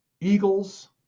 eagles